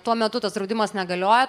tuo metu tas draudimas negalioja